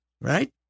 right